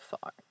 far